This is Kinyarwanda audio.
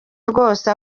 rwose